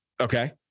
Okay